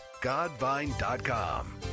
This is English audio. Godvine.com